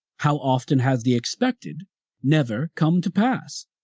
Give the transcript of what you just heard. how often has the expected never come to pass?